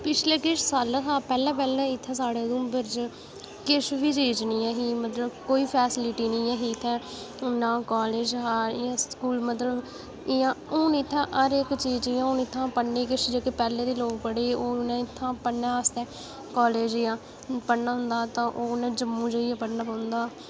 पिछले किश सालें शा पैह्लै पैह्लै इत्थै साढ़े उधमपुर च किश बी चीज नीं ही किश बी फैस्लिटी नेईं ही इत्थै ना काॅलेज इ'यां स्कूल मतलब हर इक चीज हुन जि'यां पढ़ने गी इत्थै जेह्ड़े किश पैह्लें दे लोक पढ़ियै हुन उन्नै गी इत्थां काॅलेज जि'यां ओह् उनें जम्मू जाइयै पढ़ना पौंदा